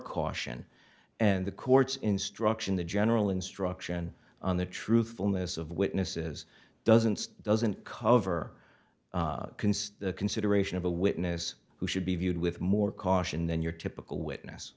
caution and the court's instruction the general instruction on the truthfulness of witnesses doesn't doesn't cover the consideration of a witness who should be viewed with more caution than your typical witness